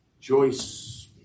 Joyce